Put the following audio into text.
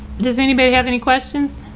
does anybody have any questions?